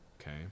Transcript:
okay